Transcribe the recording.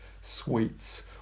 sweets